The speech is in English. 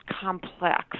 complex